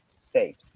state